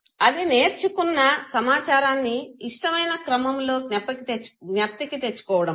అది నేర్చుకున్న సమాచారాన్ని ఇష్టమైన క్రమములో జ్ఞప్తికి తెచ్చుకోవడము